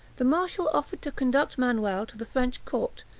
the marshal offered to conduct manuel to the french court,